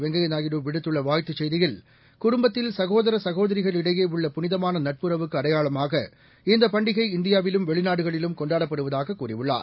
வெங்கப்யா நாயுடு விடுத்துள்ள வாழ்த்து செய்தியில் குடும்பத்தில் சகோதர சகோதரிகளிடையே உள்ள புனிதமான நட்புறவுக்கு அடையாளமாக இந்தப் பண்டிகை இந்தியாவிலும் வெளிநாடுகளிலும் கொண்டாடப்படுவதாக கூறியுள்ளார்